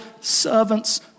servants